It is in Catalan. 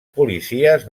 policies